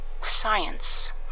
science